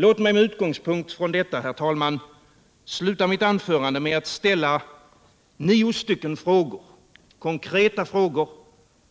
Låt mig med detta som utgångspunkt, herr talman, sluta mitt anförande med att ställa nio konkreta frågor